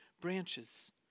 branches